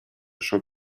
champ